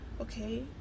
Okay